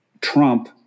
trump